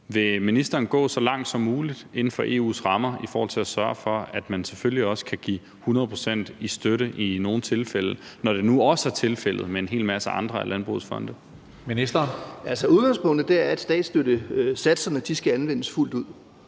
Vil ministeren gå så langt som muligt inden for EU's rammer i forhold til at sørge for, at man selvfølgelig også kan give 100 pct. i støtte i nogle tilfælde, når det nu også er tilfældet med en hel masse andre af landbrugets fonde? Kl. 17:27 Tredje næstformand (Karsten Hønge):